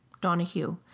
Donahue